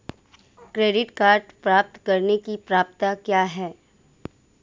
Credit card प्राप्त करने की पात्रता क्या है?